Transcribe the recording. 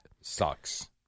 sucks